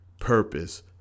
purpose